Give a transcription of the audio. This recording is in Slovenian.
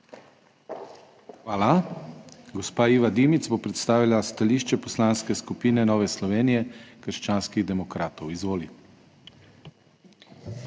Hvala. Gospa Iva Dimic bo predstavila stališče Poslanske skupine Nove Slovenije -krščanskih demokratov. Izvoli.